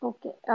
Okay